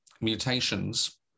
mutations